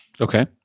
Okay